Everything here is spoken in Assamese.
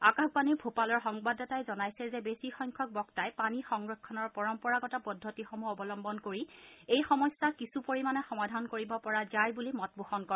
আকাশবাণীৰ ভূপালৰ সংবাদদাতাই জনাইছে যে বেছি সংখ্যক বক্তাই পানী সংৰক্ষণৰ পৰম্পৰাগত পদ্ধতিসমূহ অৱলম্বন কৰি এই সমস্যা কিছু পৰিমানে সমাধান কৰিব পৰা যায় বুলি মত পোষণ কৰে